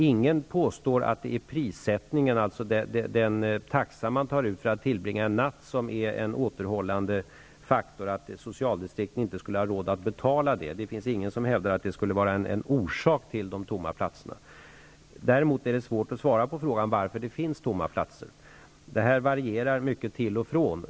Ingen påstår att det är prissättningen, dvs. den taxa man tar ut för en natt, som är en återhållande faktor, att socialdistrikten inte skulle ha råd att betala. Ingen hävdar att det skulle vara en orsak till de tomma platserna. Däremot är det svårt att svara på frågan varför det finns tomma platser. Det varierar mycket.